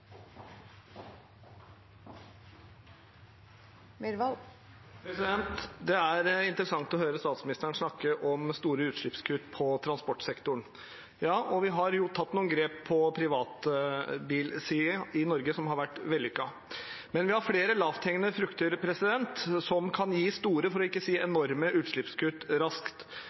interessant å høre statsministeren snakke om store utslippskutt i transportsektoren. Vi har tatt noen grep på privatbilsiden i Norge som har vært vellykket, men vi har flere lavthengende frukter som kan gi store, for ikke å si enorme, utslippskutt raskt.